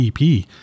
EP